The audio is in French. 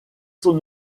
son